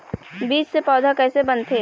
बीज से पौधा कैसे बनथे?